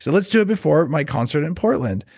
so let's do it before my concert in portland.